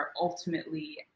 ultimately